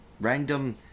Random